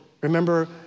Remember